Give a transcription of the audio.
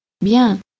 Bien